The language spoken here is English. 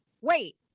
wait